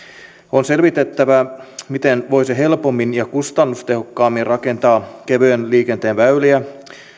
on selvitettävä miten voisi helpommin ja kustannustehokkaammin rakentaa kevyen liikenteen väyliä